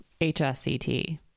HSCT